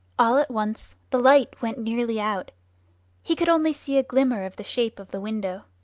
all at once the light went nearly out he could only see a glimmer of the shape of the window.